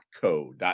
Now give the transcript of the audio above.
.co